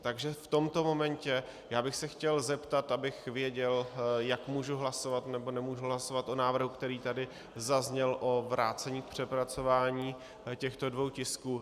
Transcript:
Takže v tomto momentě bych se chtěl zeptat, abych věděl, jak můžu hlasovat nebo nemůžu hlasovat o návrhu, který tady zazněl, o vrácení k přepracování těchto dvou tisků.